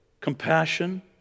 compassion